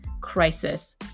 crisis